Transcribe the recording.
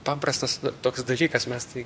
paprastas nu toks dalykas mes tai